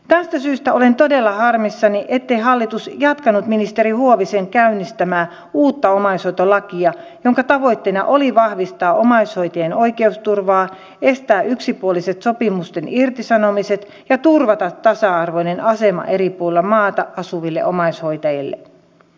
tästä syystä olen todella harmissani ettei hallitus jatkanut ministeri huovisen käynnistämää uutta omaishoitolakia jonka tavoitteena oli vahvistaa omaishoitajien oikeusturvaa estää yksipuoliset sopimusten irtisanomiset ja turvata tasa arvoinen asema eri puolilla maata asuville omaishoitajille